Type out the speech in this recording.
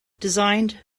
designed